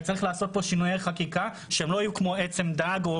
וצריך לעשות פה שינויי חקיקה שלא יהיו כמו עצם דג,